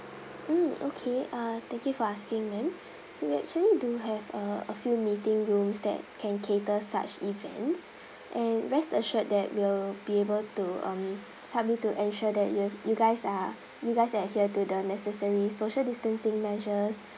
mm okay uh thank you for asking ma'am so we actually do have uh a few meeting rooms that can cater such events and rest assured that we'll be able to um help you to ensure that you've you guys are you guys adhere to the necessary social distancing measures